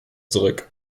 zurück